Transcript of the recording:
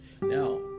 Now